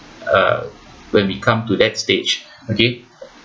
uh when we come to that stage okay